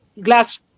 glass